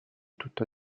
tutto